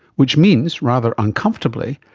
which means, rather uncomfortably,